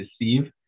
deceive